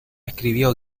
escribió